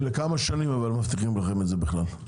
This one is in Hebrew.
אבל לכמה שנים מבטיחים לכם את זה בכלל?